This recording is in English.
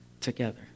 together